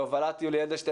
בהובלת יולי אדלשטיין.